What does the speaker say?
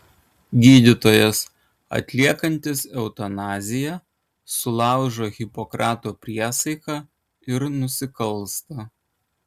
gydytojas atliekantis eutanaziją sulaužo hipokrato priesaiką ir nusikalsta